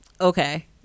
okay